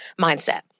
mindset